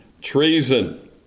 treason